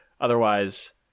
Otherwise